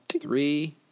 Three